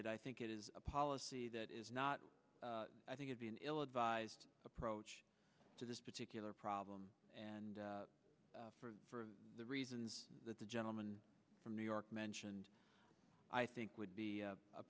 d i think it is a policy that is not i think it be an ill advised approach to this particular problem and for the reasons that the gentleman from new york mentioned i think would be a